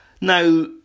Now